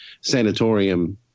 sanatorium